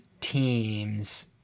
teams